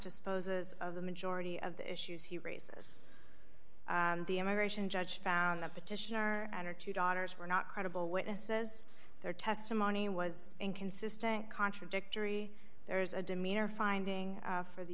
disposes of the majority of the issues he raises and the immigration judge found the petitioner and her two daughters were not credible witnesses their testimony was inconsistent contradictory there's a demeanor finding for the